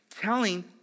telling